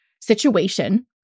situation